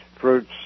fruits